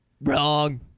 Wrong